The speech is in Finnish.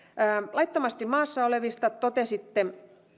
laittomasti maassa olevista totesitte